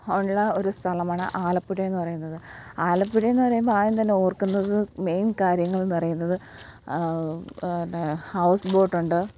ഉള്ള ഒരു സ്ഥലമാണ് ആലപ്പുഴയെന്ന് പറയുന്നത് ആലപ്പുഴയെന്ന് പറയുമ്പോൾ ആദ്യം തന്നെ ഓർക്കുന്നത് മെയിൻ കാര്യങ്ങളെന്ന് പറയുന്നത് പിന്ന ഹൗസ് ബോട്ടുണ്ട്